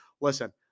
Listen